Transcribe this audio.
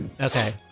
okay